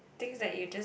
things that you just